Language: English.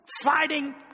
fighting